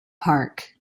park